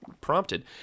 prompted